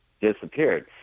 disappeared